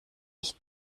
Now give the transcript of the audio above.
ich